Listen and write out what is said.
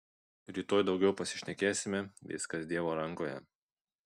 rytoj daugiau pasišnekėsime viskas dievo rankoje